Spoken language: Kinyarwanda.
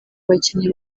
bakinnyi